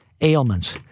ailments